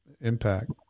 impact